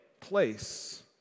place